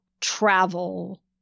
travel